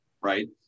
right